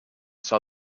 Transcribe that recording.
saw